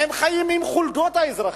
הם חיים עם חולדות, האזרחים.